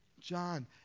John